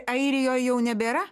airijoj jau nebėra